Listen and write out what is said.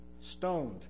stoned